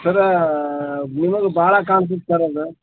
sir ನಿಮಗೆ ಭಾಳ ಕಾಂತಿತ್ತು ಸರ್ ಅದು